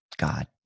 God